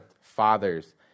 Fathers